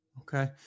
Okay